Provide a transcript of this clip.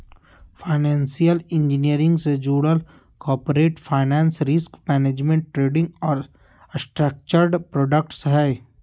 financial engineering से जुडल corporate finance, risk management, trading और स्ट्रक्चर्ड प्रॉडक्ट्स हय